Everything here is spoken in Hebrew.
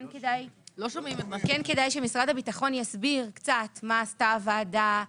כן כדאי שמשרד הביטחון יסביר קצת מה עשתה הוועדה,